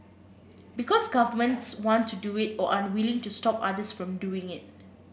because governments want to do it or are unwilling to stop others from doing it